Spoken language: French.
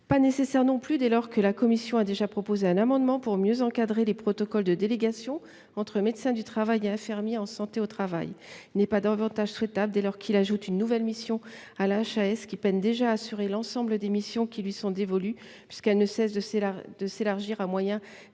pas nécessaire non plus dès lors que la commission a déjà proposé un amendement pour mieux encadrer les protocoles de délégation entre médecins du travail et infirmiers en santé au travail. Il n’est pas davantage souhaitable dès lors qu’il vise à ajouter une nouvelle mission à la HAS, qui peine déjà à assurer l’ensemble des missions qui lui sont dévolues puisqu’elles ne cessent de s’élargir à moyens quasi